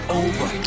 over